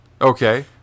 Okay